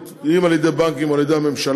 אם על ידי בנקים או על ידי הממשלה,